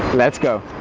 let's go!